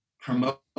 promote